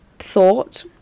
thought